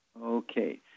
Okay